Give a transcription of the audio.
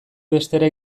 bestera